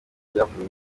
ibyavuye